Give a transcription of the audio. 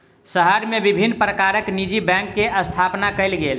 शहर मे विभिन्न प्रकारक निजी बैंक के स्थापना कयल गेल